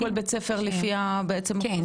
כל בית ספר לפי הזה שלו?